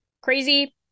crazy